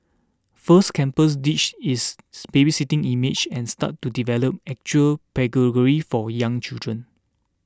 First Campus ditched its babysitting image and started to develop actual pedagogy for young children